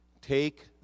Take